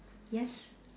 yes